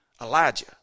Elijah